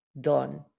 done